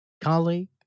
colleague